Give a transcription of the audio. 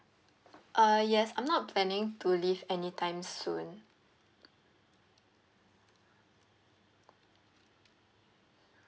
uh yes I'm not planning to leave anytime soon